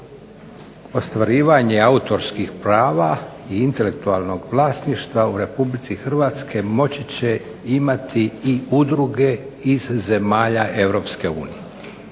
ostvarivanje autorskih prava i intelektualnog vlasništva u RH moći će imati i udruge iz zemalja EU.